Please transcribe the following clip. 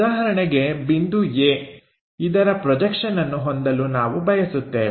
ಉದಾಹರಣೆಗೆ ಬಿಂದು A ಇದರ ಪ್ರೊಜೆಕ್ಷನ್ಅನ್ನು ಹೊಂದಲು ನಾವು ಬಯಸುತ್ತೇವೆ